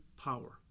power